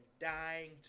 dying